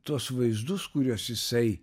tuos vaizdus kuriuos jisai